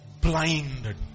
blinded